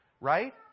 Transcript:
Right